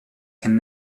can